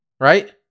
right